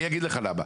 אני אגיד לך למה.